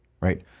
right